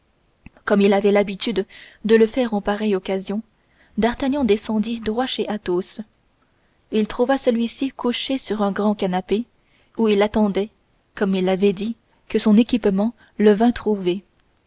comme il avait l'habitude de le faire en pareille occasion d'artagnan descendit droit chez athos il trouva athos couché sur un grand canapé où il attendait comme il l'avait dit que son équipement le vînt trouver